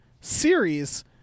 series